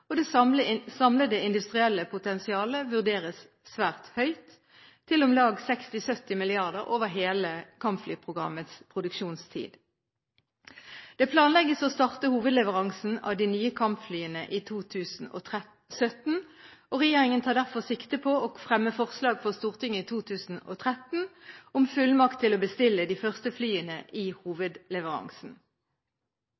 og det samlede industrielle potensialet vurderes svært høyt, til om lag 60–70 mrd. kr over hele kampflyprogrammets produksjonstid. Det planlegges å starte hovedleveransen av de nye kampflyene i 2017. Regjeringen tar derfor sikte på å fremme forslag for Stortinget i 2013 om fullmakt til å bestille de første flyene i